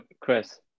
Chris